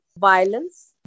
violence